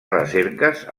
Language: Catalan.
recerques